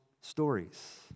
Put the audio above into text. stories